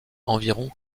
environ